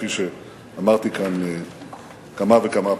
כפי שאמרתי כאן כמה וכמה פעמים.